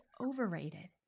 overrated